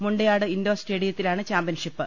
മുയാട് indoor സ് റ്റേഡിയത്തിലാണ് championship